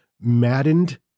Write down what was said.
maddened